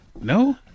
No